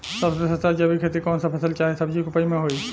सबसे सस्ता जैविक खेती कौन सा फसल चाहे सब्जी के उपज मे होई?